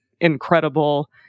incredible